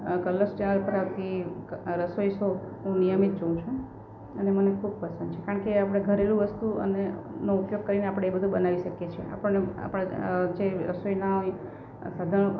colours channel પર આવતી રસોઈ શો હું નિયમિત જોઉ છું અને મને ખૂબ પસંદ છે કારણ કે આપડે ઘરેલુ વસ્તુ અને નો ઉપયોગ કરીને આપડે એ બધું બનાવી શકીએ છીએ આપણને આપડા જે રસોઈના હોય સાધન